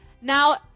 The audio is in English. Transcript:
Now